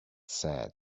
said